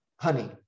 honey